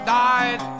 died